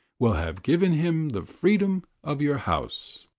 will have given him the freedom of your house.